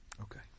Okay